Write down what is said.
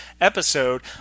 episode